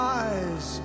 eyes